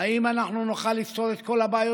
האם אנחנו נוכל לפתור את כל הבעיות